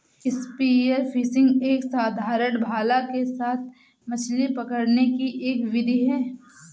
spear fishing एक साधारण भाला के साथ मछली पकड़ने की एक विधि है